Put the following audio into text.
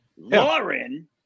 Lauren